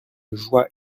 joie